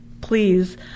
please